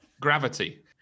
Gravity